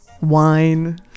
Wine